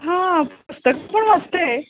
हां पुस्तकं पण वाचते